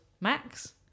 Max